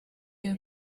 you